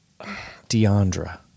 DeAndra